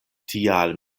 tial